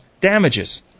damages